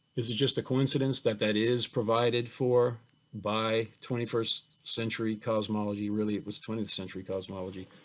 is just a coincidence that that is provided for by twenty first century cosmology, really it was twentieth century cosmology,